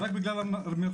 רק בגלל המרחקים.